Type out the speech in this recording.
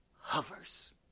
hovers